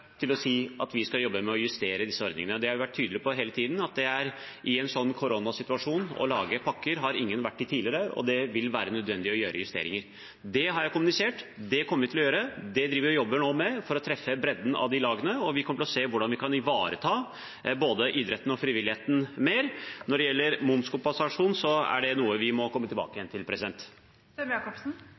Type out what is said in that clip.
til å si at vi skal jobbe med å justere disse ordningene. Det har jeg vært tydelig på hele tiden, at i en slik koronasituasjon å lage pakker har ingen vært i tidligere, og det vil være nødvendig å gjøre justeringer. Det har jeg kommunisert, det kommer vi til å gjøre, og det jobber vi med nå for å treffe bredden av de lagene. Vi kommer til å se på hvordan vi kan ivareta både idretten og frivilligheten mer. Når det gjelder momskompensasjon, er det noe vi må komme tilbake til. Åslaug Sem-Jacobsen – til